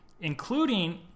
Including